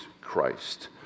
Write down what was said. Christ